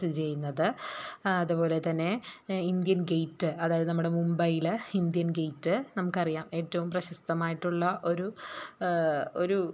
സ്ഥിതിചെയ്യുന്നത് അതുപോലെ തന്നെ ഇന്ത്യൻ ഗെയിറ്റ് അതായത് നമ്മുടെ മുംബൈയിൽ ഇന്ത്യൻ ഗെയിറ്റ് നമുക്കറിയാം ഏറ്റവും പ്രശസ്തമായിട്ടുള്ള ഒരു ഒരു